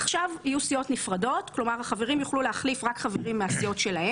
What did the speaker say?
יהיו עכשיו סיעות נפרדות שהחברים בהן יוכלו להחליף חברים אחרים.